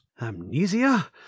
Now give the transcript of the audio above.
Amnesia